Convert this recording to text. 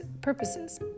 purposes